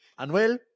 Anuel